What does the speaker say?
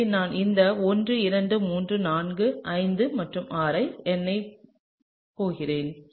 எனவே நான் இந்த 1 2 3 4 5 மற்றும் 6 ஐ எண்ணப் போகிறேன்